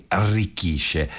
arricchisce